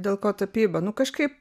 dėl ko tapyba nu kažkaip